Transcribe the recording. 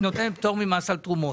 היא נותנת פטור ממס על תרומות.